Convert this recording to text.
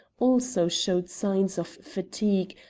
also showed signs of fatigue,